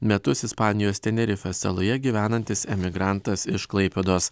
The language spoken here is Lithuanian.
metus ispanijos tenerifės saloje gyvenantis emigrantas iš klaipėdos